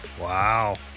Wow